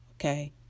okay